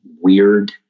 weird